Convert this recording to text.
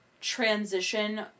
transition